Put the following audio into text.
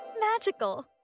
magical